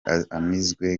anizwe